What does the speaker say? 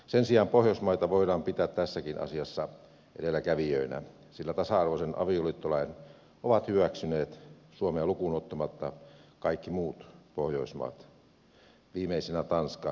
sen sijaan pohjoismaita voidaan pitää tässäkin asiassa edelläkävijöinä sillä tasa arvoisen avioliittolain ovat hyväksyneet suomea lukuun ottamatta kaikki muut pohjoismaat viimeisenä tanska kaksi vuotta sitten